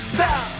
Stop